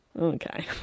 Okay